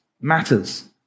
matters